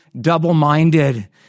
double-minded